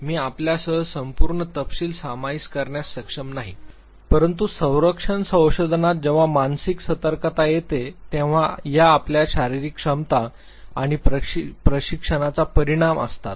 मी आपल्यासह संपूर्ण तपशील सामायिक करण्यास सक्षम नाही परंतु संरक्षण संशोधनात जेव्हा मानसिक सतर्कता येते तेव्हा या आपल्या शारीरिक क्षमता आणि प्रशिक्षणाचा परिणाम असतात